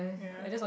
ya